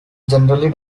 generally